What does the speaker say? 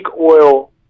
oil